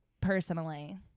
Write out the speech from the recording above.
personally